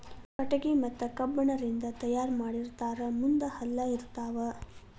ಕಟಗಿ ಮತ್ತ ಕಬ್ಬಣ ರಿಂದ ತಯಾರ ಮಾಡಿರತಾರ ಮುಂದ ಹಲ್ಲ ಇರತಾವ